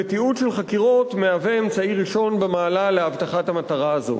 ותיעוד של חקירות מהווה אמצעי ראשון במעלה להבטחת המטרה הזאת.